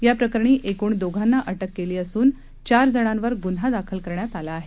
याप्रकरणी एकूण दोघांना अटक केली असून चार जणांवर गुन्हा दाखल करण्यात आला आहे